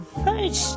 first